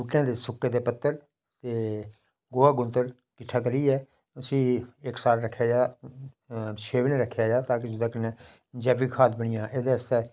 अपनी मातृ बोल्ली दे प्रति स्हाड़े लोकें दी अट्रैक्शन ऐ गै ऐ पर जेह्का नमां यूथ आवा दा